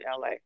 LA